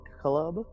Club